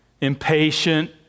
impatient